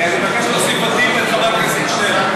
אני מבקש להוסיף אותי ואת חבר הכנסת שטרן.